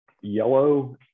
Yellow